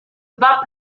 bas